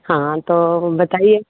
हाँ तो बताइए